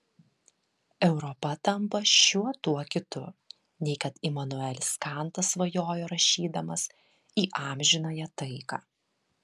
europa tampa šiuo tuo kitu nei kad imanuelis kantas svajojo rašydamas į amžinąją taiką